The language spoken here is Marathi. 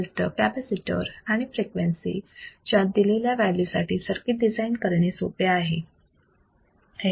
रजिस्टर कॅपॅसिटर आणि फ्रिक्वेन्सी च्या दिलेल्या व्हॅल्यू साठी सर्किट डिझाईन करणे सोपे आहे